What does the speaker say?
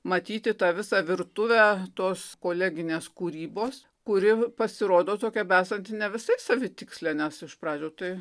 matyti tą visą virtuvę tos koleginės kūrybos kuri pasirodo tokia besanti ne visai savitikslė nes iš pradžių tai